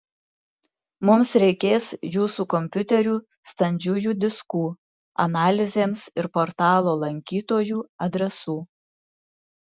mums reikės jūsų kompiuterių standžiųjų diskų analizėms ir portalo lankytojų adresų